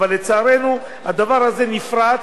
אבל לצערנו הדבר הזה נפרץ,